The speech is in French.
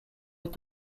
est